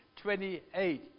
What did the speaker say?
28